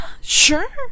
sure